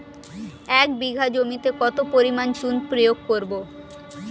এক বিঘা জমিতে কত পরিমাণ চুন প্রয়োগ করব?